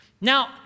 Now